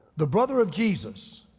the brother of jesus,